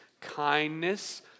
kindness